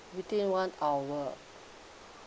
within one hour